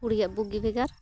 ᱠᱩᱲᱤᱭᱟᱜ ᱵᱚᱜᱤ ᱵᱷᱮᱜᱟᱨ